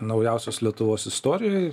naujausios lietuvos istorijoj